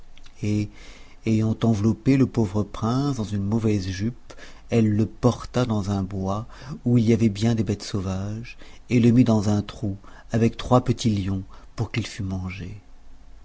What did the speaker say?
et ayant enveloppé le pauvre prince dans une mauvaise jupe elle le porta dans un bois où il y avait bien des bêtes sauvages et le mit dans un trou avec trois petits lions pour qu'il fût mangé